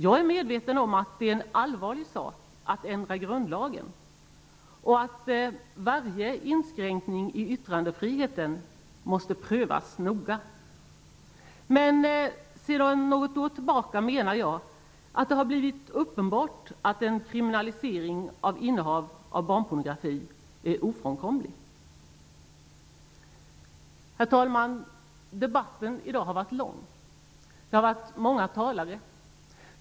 Jag är medveten om att det är en allvarlig sak att ändra grundlagen och att varje inskränkning i yttrandefriheten måste prövas noga. Men sedan något år tillbaka menar jag att det har blivit uppenbart att en kriminalisering av innehav av barnpornografi är ofrånkomlig. Herr talman! Debatten i dag har varit lång. Det har varit många talare.